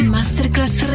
Masterclass